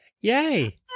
Yay